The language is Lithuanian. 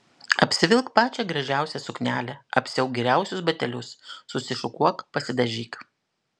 apsivilk pačią gražiausią suknelę apsiauk geriausius batelius susišukuok pasidažyk